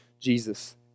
Jesus